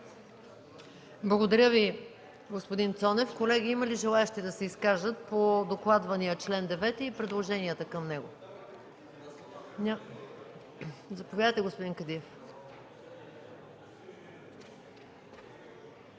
Благодаря, господин Цонев. Има ли желаещи да се изкажат по докладвания чл. 9 и предложенията към него? Заповядайте, господин Кадиев.